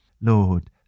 Lord